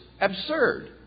absurd